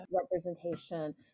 representation